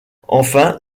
enfin